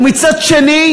ומצד שני